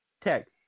text